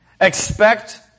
Expect